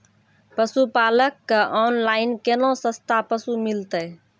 पशुपालक कऽ ऑनलाइन केना सस्ता पसु मिलतै?